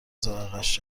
ذائقهاش